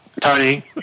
Tony